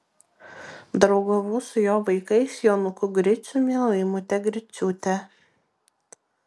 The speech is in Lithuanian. draugavau su jo vaikais jonuku griciumi laimute griciūte